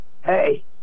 Hey